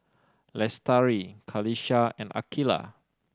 Lestari Qalisha and Aqilah